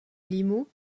limoux